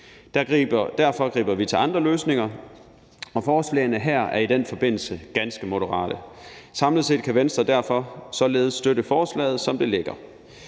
Derfor griber vi til andre løsninger, og forslagene her er i den forbindelse ganske moderate. Samlet set kan Venstre derfor støtte forslaget, som det ligger.